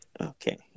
Okay